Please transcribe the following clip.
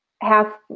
half